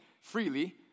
freely